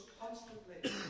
constantly